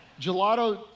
gelato